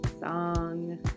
song